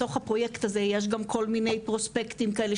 בתוך הפרויקט הזה יש גם כל מיני פרוספקטים כאלה,